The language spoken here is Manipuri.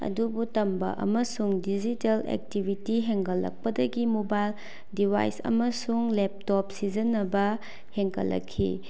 ꯑꯗꯨꯕꯨ ꯇꯝꯕ ꯑꯃꯁꯨꯡ ꯗꯤꯖꯤꯇꯦꯜ ꯑꯦꯛꯇꯤꯕꯤꯇꯤ ꯍꯦꯟꯒꯠꯂꯛꯄꯗꯒꯤ ꯃꯣꯕꯥꯏꯜ ꯗꯤꯕꯥꯏꯁ ꯑꯃꯁꯨꯡ ꯂꯦꯞꯇꯣꯞ ꯁꯤꯖꯤꯟꯅꯕ ꯍꯦꯟꯒꯠꯂꯛꯈꯤ